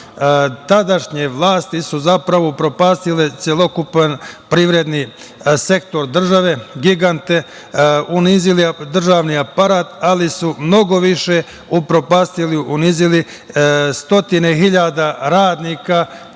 stvarali. Tadašnje vlasti su zapravo upropastile celokupan privredni sektor države, gigante, unizili državni aparat, ali su mnogo više upropastili i unizili stotine hiljada radnika